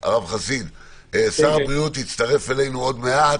חסיד, אני אמרתי ששר הבריאות יצטרף אלינו עוד מעט,